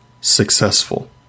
successful